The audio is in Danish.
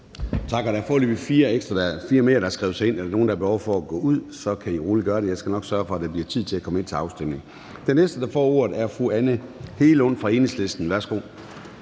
Tak. Der er foreløbig fire mere, der har skrevet sig ind. Hvis der er nogen, der har behov for at gå ud, kan I roligt gøre det. Jeg skal nok sørge for, at der bliver tid til at komme ind til afstemning. Den næste, der får ordet, er fru Anne Hegelund fra Enhedslisten. Værsgo.